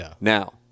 Now